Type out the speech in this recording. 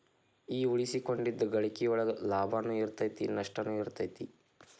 ಈ ಉಳಿಸಿಕೊಂಡಿದ್ದ್ ಗಳಿಕಿ ಒಳಗ ಲಾಭನೂ ಇರತೈತಿ ನಸ್ಟನು ಇರತೈತಿ